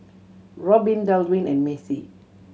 Robbin Dalvin and Maci